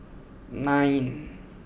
nine